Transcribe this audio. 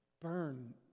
burn